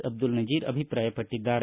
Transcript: ಅಬ್ದುಲ್ ನಜೀರ ಅಭಿಪ್ರಾಯಪಟ್ಟದ್ದಾರೆ